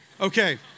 Okay